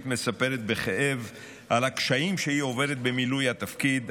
מספרת בכאב על הקשיים שהיא עוברת במילוי התפקיד,